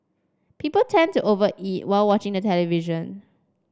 people tend to over eat while watching the television